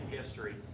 history